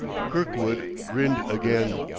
kirkwood grinned again,